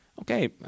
Okay